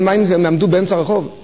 מה, הם יעמדו באמצע הרחוב?